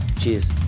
Cheers